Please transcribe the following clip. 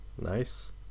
nice